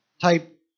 type